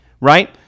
Right